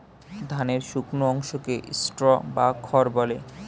ধানের শুকনো অংশকে স্ট্র বা খড় বলে